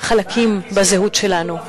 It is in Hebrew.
חלקים בזהות שלנו.